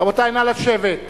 רבותי, נא לשבת.